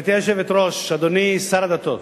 גברתי היושבת-ראש, אדוני שר הדתות,